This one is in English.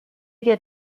get